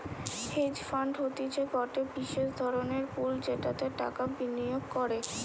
hedge fund হতিছে গটে বিশেষ ধরণের পুল যেটাতে টাকা বিনিয়োগ করে